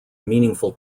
meaningful